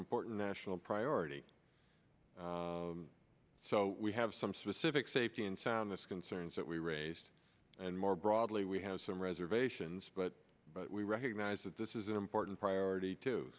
important national priority so we have some specific safety and soundness concerns that we raised and more broadly we have some reservations but we recognize that this is an important priority to